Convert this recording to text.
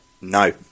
No